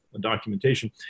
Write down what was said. documentation